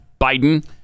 Biden-